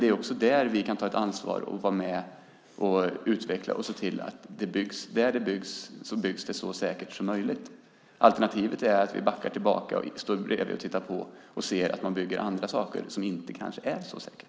Där kan vi ta ett ansvar, vara med, utveckla och se till att den byggs så säkert som möjligt. Alternativet är att vi backar, står bredvid och tittar på när det byggs annat som kanske inte är så säkert.